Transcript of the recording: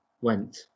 went